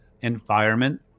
environment